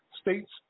States